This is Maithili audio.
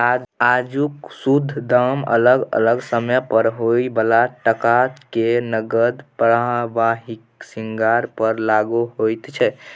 आजुक शुद्ध दाम अलग अलग समय पर होइ बला टका के नकद प्रवाहक श्रृंखला पर लागु होइत छै